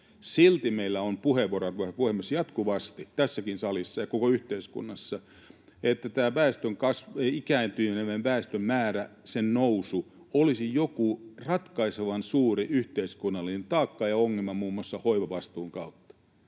silti meillä on puheenvuoroja, puhemies, jatkuvasti, tässäkin salissa ja koko yhteiskunnassa, että ikääntyneen väestön määrän nousu olisi joku ratkaisevan suuri yhteiskunnallinen taakka ja ongelma muun muassa hoivavastuun kautta.